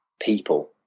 people